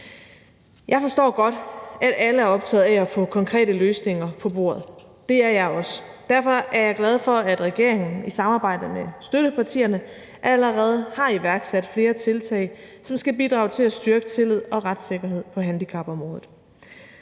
Jeg forstår godt, at alle er optaget af at få konkrete løsninger på bordet – det er jeg også. Derfor er jeg glad for, at regeringen i samarbejde med støttepartierne allerede har iværksat flere tiltag, som skal bidrage til at styrke tillid og retssikkerhed på handicapområdet.